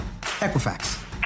Equifax